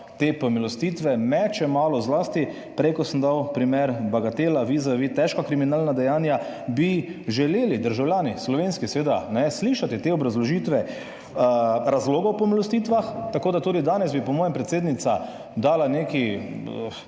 te pomilostitve meče malo zlasti, prej ko sem dal primer bagatela vizavi težka kriminalna dejanja, bi želeli državljani, slovenski seveda, slišati te obrazložitve razlogov o pomilostitvah. Tako da tudi danes bi po mojem predsednica dala